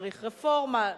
צריך רפורמה,